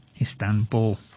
Istanbul